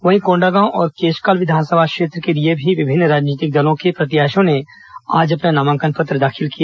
वहीं कोण्डागांव और केशकाल विधानसभा क्षेत्र के लिए भी विभिन्न राजनीतिक दलों के प्रत्याशियों ने आज अपना नामांकन पत्र दाखिल किया